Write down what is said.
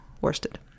worsted